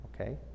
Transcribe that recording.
okay